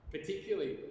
Particularly